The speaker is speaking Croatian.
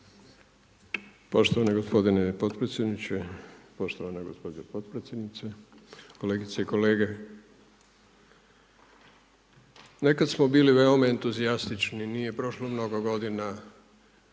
Poštovani gospodine potpredsjedniče, poštovana gospođo potpredsjednice, kolegice i kolege. Nekad smo bili veoma entuzijastični, nije prošlo mnogo godina